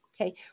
okay